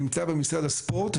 נמצא במשרד הספורט,